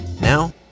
Now